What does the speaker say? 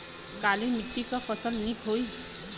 काली मिट्टी क फसल नीक होई?